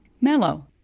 Mellow